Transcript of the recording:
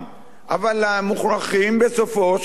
אבל מוכרחים בסופו של דבר להגיע.